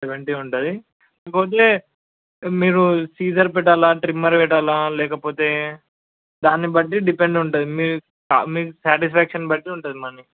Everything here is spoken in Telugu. సెవెంటీ ఉంటుంది పోతే మీరు సీజర్ పెట్టాలా ట్రిమ్మర్ పెట్టాలా లేకపోతే దాన్ని బట్టి డిపెండ్ ఉంటుంది మీ మీ సాటిస్ఫ్యాక్షన్ బట్టి ఉంటది మనీ